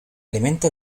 alimenta